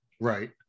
right